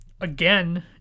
again